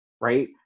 right